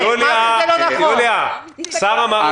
אז נעצור כאן.